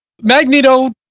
Magneto